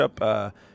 up